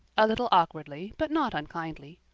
a little awkwardly, but not unkindly.